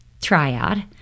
triad